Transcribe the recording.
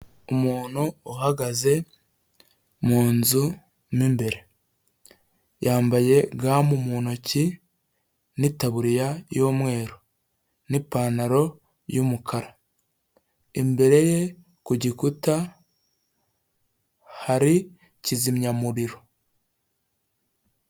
Umuntu uhagaze mu nzu mo imbere. Yambaye gamu mu ntoki n'itaburiya y'umweru, n'ipantaro y'umukara. Imbere ye ku gikuta hari kizimyamuriro.